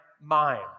mind